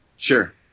Sure